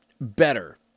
better